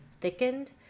thickened